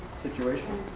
situation?